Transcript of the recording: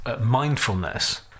mindfulness